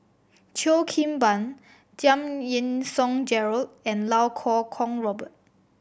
Cheo Kim Ban Giam Yean Song Gerald and Lau Kuo Kwong Robert